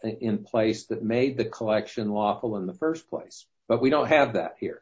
in place that made the collection lawful in the st place but we don't have that here